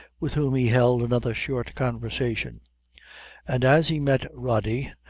with whom he held another short conversation and as he met rody,